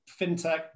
fintech